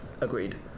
agreed